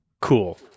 Cool